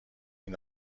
این